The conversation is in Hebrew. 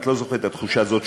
את לא זוכרת את התחושה הזאת,